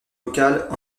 locales